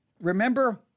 remember